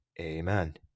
amen